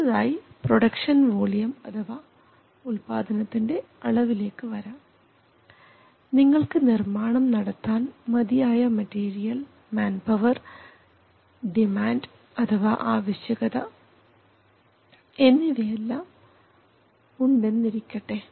അടുത്തതായി production volume അഥവാ ഉൽപ്പാദനത്തിൻറെ അളവിലേക്ക് വരാം നിങ്ങൾക്ക് നിർമാണം നടത്താൻ മതിയായ മെറ്റീരിയൽ മാൻ പവർ ഡിമാൻഡ് അഥവാ ആവശ്യകത എന്നിവയെല്ലാം ഉണ്ടെന്നിരിക്കട്ടെ